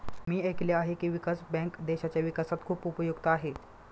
मी ऐकले आहे की, विकास बँक देशाच्या विकासात खूप उपयुक्त आहे